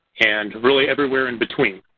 and really everywhere in-between.